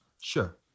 Sure